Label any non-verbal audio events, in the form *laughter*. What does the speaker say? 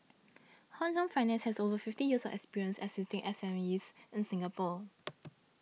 Hong Leong Finance has over fifty years of experience assisting S M Es in Singapore *noise*